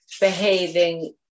behaving